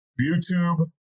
youtube